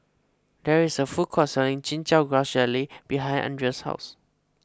there is a food court selling Chin Chow Grass Jelly behind Andreas' house